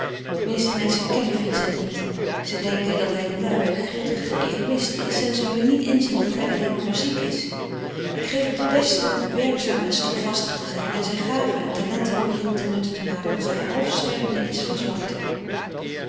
de meeste menschen kennen vincent niet ze denken dat hij lui grillig egoïst is en ze willen niet inzien dat hij alleen maar ziek is ik geef het den beste werkzaam en standvastig te zijn en zijn gaven en talenten de wereld ten nutte te maken als hij half stervende is van zwakte